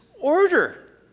order